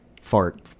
fart